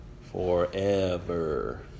forever